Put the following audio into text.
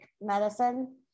medicine